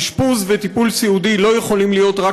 אשפוז וטיפול סיעודי לא יכולים להיות רק